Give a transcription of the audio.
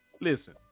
listen